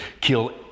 kill